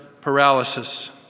paralysis